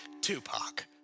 Tupac